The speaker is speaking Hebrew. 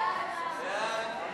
סעיף 95,